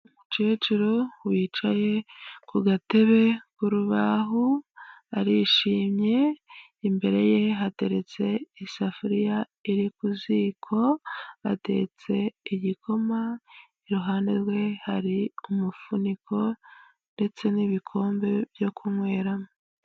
Umukecuru wicaye ku gatebe k'urubahu arishimye, imbere ye hateretse isafuriya iri ku ziko atetse igikoma, iruhande rwe hari umufuniko ndetse n'ibikombe byo kunyweramo.